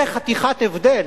זה חתיכת הבדל.